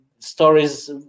stories